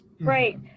Right